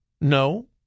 No